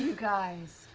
guys.